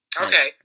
Okay